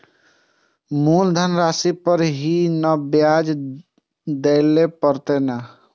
मुलधन राशि पर ही नै ब्याज दै लै परतें ने?